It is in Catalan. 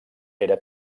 era